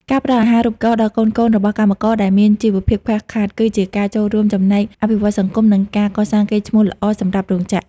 ការផ្ដល់អាហារូបករណ៍ដល់កូនៗរបស់កម្មករដែលមានជីវភាពខ្វះខាត គឺជាការចូលរួមចំណែកអភិវឌ្ឍសង្គម និងការកសាងកេរ្តិ៍ឈ្មោះល្អសម្រាប់រោងចក្រ។